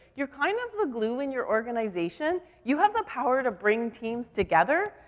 you're kind of the glue in your organization. you have the power to bring teams together,